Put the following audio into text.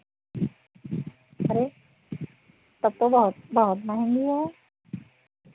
अरे तब तो बहुत बहुत महंगी है